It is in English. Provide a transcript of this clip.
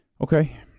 Okay